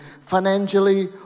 Financially